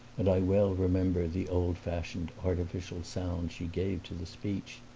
and i well remember the old-fashioned, artificial sound she gave to the speech.